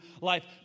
life